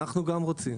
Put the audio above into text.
אנחנו גם רוצים.